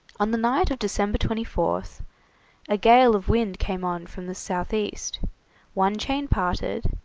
on the night of december twenty fourth a gale of wind came on from the south-east one chain parted,